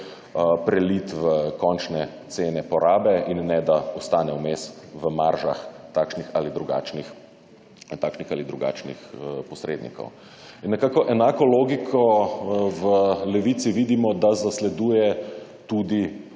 prelit v končne cene porabe in ne da ostane vmes v maržah takšnih ali drugačnih posrednikov. In nekako enako logiko v Levici vidimo, da zasleduje tudi